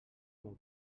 meu